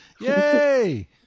Yay